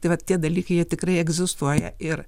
tai vat tie dalykai jie tikrai egzistuoja ir